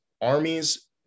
armies